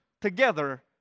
together